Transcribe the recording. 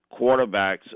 quarterbacks